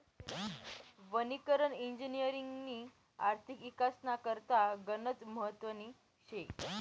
वनीकरण इजिनिअरिंगनी आर्थिक इकासना करता गनच महत्वनी शे